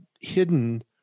hidden